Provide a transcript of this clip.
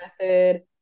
method